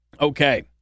Okay